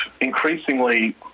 increasingly